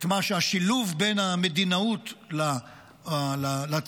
את מה שהשילוב בין המדינאות לצבאיות,